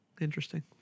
Interesting